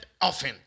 often